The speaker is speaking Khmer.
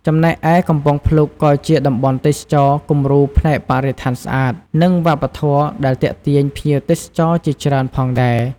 ចំណែកឯ កំពង់ភ្លុកក៏ជាតំបន់ទេសចរណ៍គំរូផ្នែកបរិស្ថានស្អាត និងវប្បធម៌ដែលទាក់ទាញភ្ញៀវទេសចរជាច្រើនផងដែរ។